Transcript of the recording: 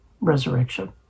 resurrection